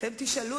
בנימין נתניהו,